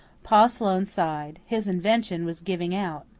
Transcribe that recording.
pa sloane sighed. his invention was giving out.